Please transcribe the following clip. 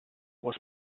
was